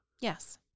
Yes